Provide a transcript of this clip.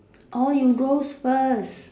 orh you roast first